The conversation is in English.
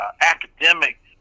academic